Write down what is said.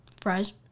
Fries